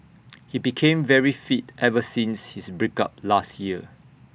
he became very fit ever since his break up last year